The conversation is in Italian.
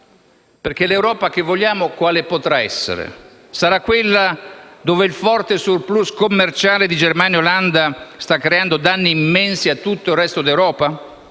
essere l'Europa che vogliamo? Sarà forse quella in cui il forte *surplus* commerciale di Germania e Olanda sta creando danni immensi a tutto il resto d'Europa?